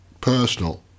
personal